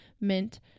mint